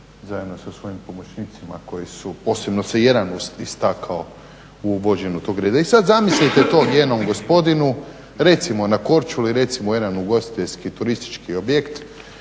zajedno sa svojim pomoćnicima koji su, posebno se jedan istakao u uvođenju tog reda. I sad zamislite tom jednom gospodinu, recimo na Korčuli, recimo jedan ugostiteljski turistički objekt